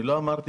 לא אמרתי